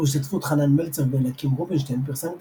ובהשתתפות חנן מלצר ואליקים רובינשטיין פרסם את